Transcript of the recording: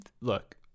look